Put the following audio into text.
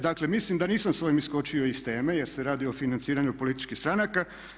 Dakle mislim da nisam sa ovim iskočio iz teme jer se radi o financiranju političkih stranaka.